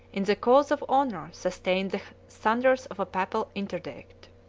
in the cause of honor, sustained the thunders of a papal interdict.